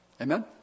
Amen